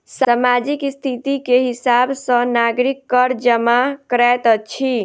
सामाजिक स्थिति के हिसाब सॅ नागरिक कर जमा करैत अछि